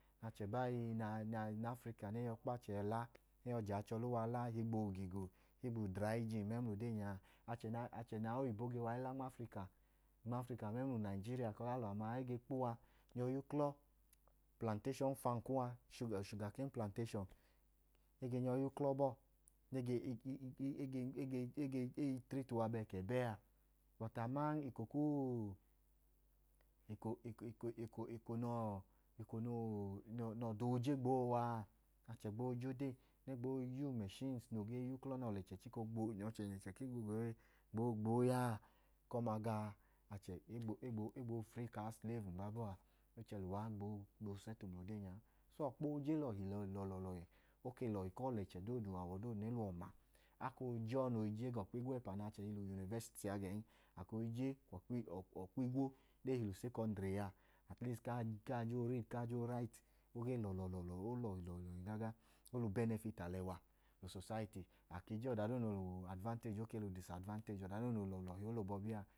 Achẹ bai nma afrika, nẹ e yọi kpo achẹ la ohigbu ogigo, ohigbu udrayi jin mẹmla ode nya a. Achẹ nẹ aoyibo ge wa i la nma afrika mẹmla unayijirira ku ọlẹ alọ ama a, e ge kpo uwa nyọ i yuklọ uplanteshọn fam kuwa, shuga ken planteshọn. E ge nyọ i yuklọ bọọ. Ne e ge, e ge, e ge triiti uwa bẹẹka ẹbẹ a. Bọtu aman eko kuuu, eko, eko, eko, eko nẹ ọda ooje gboo wa a, e gboo yuklọ gboo ya umẹshins nẹ ọlẹchẹ chika, chika, chika o gboo ya a, eko ọma ga a, e gboo frii ku achẹ noo i yuklọ nẹ umẹshin chika ooya a. E gboo sẹtu mla ode nya a. So ọkpa ooje lọhi lọọlọhi. O ke lọhi ku ọlẹchẹ doodu eko doodu nẹ e lẹ uwọ ma. A koo je jaa ga ọkpa igwẹpa nẹ achẹ hi lẹ uyunivasiti a gẹn naana ọkpigwo ne i hi lẹ usekọndri a, atlisti ku a jee riidi, ku a jee rayiti. O gee lọhi o lọọlọhi gaaga. A ke je ọda duu noo lẹ ubẹnẹfiti, o lẹ advanteji o ke lẹ udisadvanteji a.